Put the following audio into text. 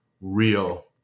real